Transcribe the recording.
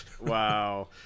Wow